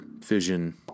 fission